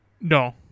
No